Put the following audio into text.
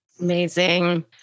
Amazing